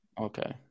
Okay